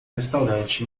restaurante